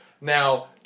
Now